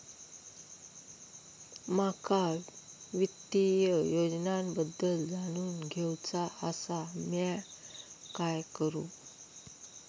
माका वित्तीय योजनांबद्दल जाणून घेवचा आसा, म्या काय करू?